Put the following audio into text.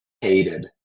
hated